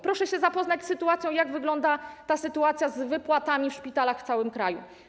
Proszę się zapoznać z tą sytuacją, z tym, jak wygląda sytuacja z wypłatami w szpitalach w całym kraju.